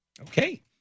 Okay